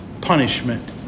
punishment